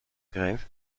grève